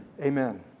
Amen